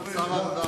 משפט אחד.